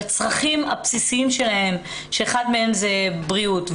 לצרכים הבסיסיים שלהן שאחד מהם הוא בריאות.